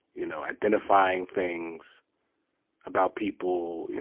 you know identifying things about people, yeah